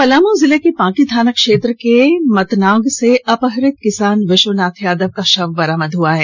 पलामू जिले के पांकी थाना क्षेत्र के मतनाग से अपहत किसान विश्वनाथ यादव का शव बरामद हआ है